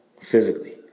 Physically